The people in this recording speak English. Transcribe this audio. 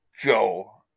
Joe